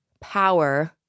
power